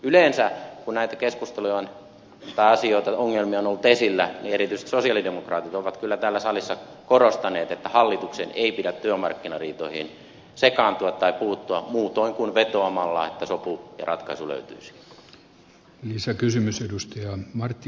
yleensä kun näitä asioita ja ongelmia on ollut esillä erityisesti sosialidemokraatit ovat kyllä täällä salissa korostaneet että hallituksen ei pidä työmarkkinariitoihin sekaantua tai puuttua muutoin kuin vetoamalla että sopu ja ratkaisu löytyisi